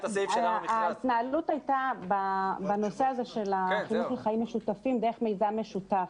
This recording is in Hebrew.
ההתנהלות בנושא החינוך לחיים משותפים הייתה דרך מיזם משותף.